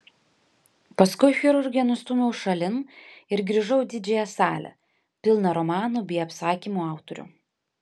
paskui chirurgiją nustūmiau šalin ir grįžau į didžiąją salę pilną romanų bei apsakymų autorių